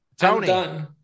Tony